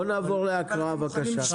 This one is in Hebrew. תודה, בואו נעבור להקראה בבקשה.